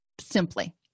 simply